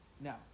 now